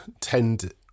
tend